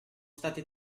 stati